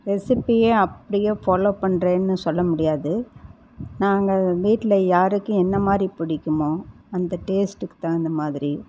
ரெசிபியை அப்படியே ஃபாலோ பண்ணுறேன்னு சொல்ல முடியாது நாங்கள் வீட்டில் யாருக்கு என்ன மாதிரி பிடிக்குமோ அந்த டேஸ்டுக்கு தகுந்த மாதிரி